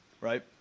right